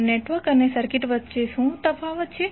તો નેટવર્ક અને સર્કિટ વચ્ચે શું તફાવત છે